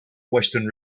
western